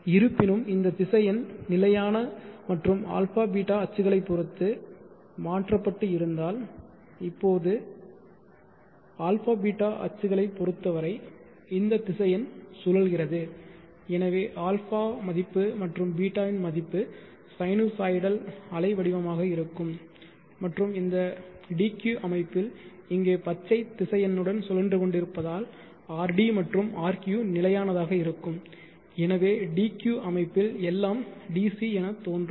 இருப்பினும் இந்த திசையன் நிலையான மற்றும் αβ அச்சுகளைப் பொறுத்து மாற்றப்பட்டு இருந்தால் இப்போது αβ அச்சுகளைப் பொறுத்தவரை இந்த திசையன் சுழல்கிறது எனவே α மதிப்பு மற்றும் β மதிப்பு சைனூசாய்டல் அலை வடிவமாக இருக்கும் மற்றும் இந்த dq அமைப்பில் இங்கே பச்சை திசையனுடன் சுழன்று கொண்டிருப்பதால் rd மற்றும் rq நிலையானதாக இருக்கும் எனவே dq அமைப்பில் எல்லாம் DC என தோன்றும்